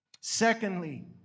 Secondly